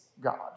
God